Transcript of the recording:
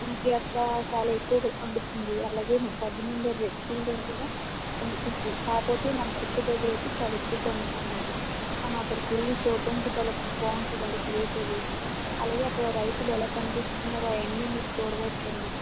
మనకి అక్కడ చాలా ఎక్కువగా పండుతుంది అలాగే మన పక్కన ఉన్న రెడ్ ఫీల్డ్లో కూడా పండుతుంది కాపోతే మన అరకు దగ్గర అయితే చాలా ఎక్కువ పండుతుంది అండి మనం అక్కడికి వెళ్లి చూడ్డానికి చాలా బాగుంటాదండి ప్లేస్ అది అలాగే అక్కడ రైతులు ఎలా పండిస్తున్నారు అయన్నీ మీరు చూడవచ్చు అండి